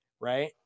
right